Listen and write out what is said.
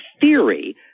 theory